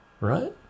right